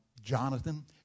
Jonathan